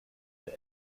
der